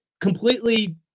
completely